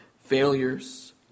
failures